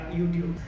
YouTube